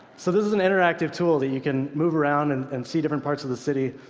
so this is an interactive tool that you can move around and and see different parts of the city.